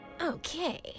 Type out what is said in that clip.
Okay